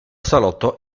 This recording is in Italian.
salotto